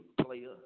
player